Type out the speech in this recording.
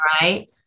right